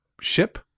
ship